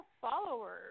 followers